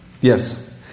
Yes